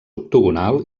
octogonal